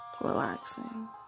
relaxing